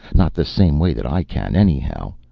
not the same way that i can, anyhow.